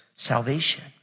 Salvation